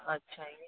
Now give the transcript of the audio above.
अच्छा इअं